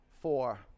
four